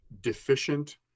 deficient